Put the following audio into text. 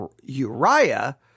Uriah